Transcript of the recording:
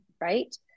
right